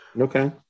Okay